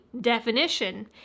Definition